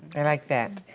and like that.